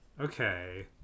Okay